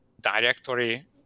directory